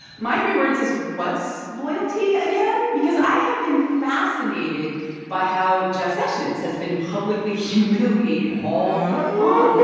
my three words is, what's loyalty again? because i have been fascinated by how jeff sessions has been publicly humiliated all week long.